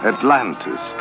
Atlantis